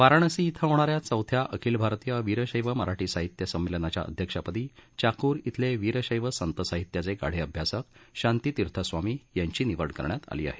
वाराणसी इथं होणाऱ्या चौथ्या अखिल भारतीय वीरशैव मराठी साहित्य संमेलनाच्या अध्यक्षपदी चाक्र इथले वीरशैव संत साहित्याचे गाढे अभ्यासक शांतीतिर्थ स्वामी यांची निवड करण्यात आली आहे